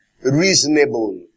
Reasonable